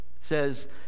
says